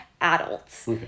adults